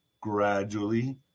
gradually